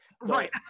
Right